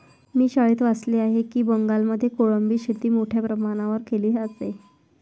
मी शाळेत वाचले आहे की बंगालमध्ये कोळंबी शेती मोठ्या प्रमाणावर केली जाते